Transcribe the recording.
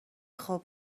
خوب